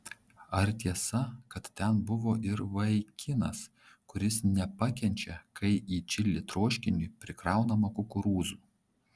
ar tiesa kad ten buvo ir vaikinas kuris nepakenčia kai į čili troškinį prikraunama kukurūzų